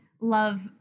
love